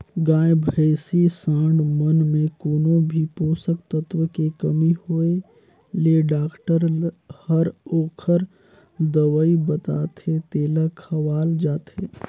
गाय, भइसी, सांड मन में कोनो भी पोषक तत्व के कमी होय ले डॉक्टर हर ओखर दवई बताथे तेला खवाल जाथे